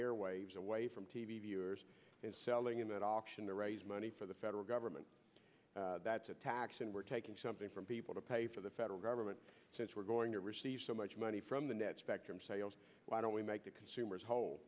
airwaves away from t v viewers and selling them at auction to raise money for the federal government that's a tax and we're taking something from people to pay for the federal government since we're going to receive so much money from the net spectrum sales why don't we make the consumers whole